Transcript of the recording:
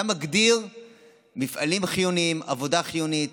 אתה מגדיר מפעלים חיוניים, עבודה חיונית.